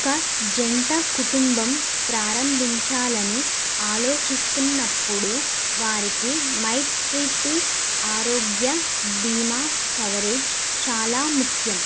ఒక జంట కుటుంబం ప్రారంభించాలని ఆలోచిస్తున్నప్పుడు వారికి మైట్రిటీ ఆరోగ్య బీమా కవరేజ్ చాలా ముఖ్యం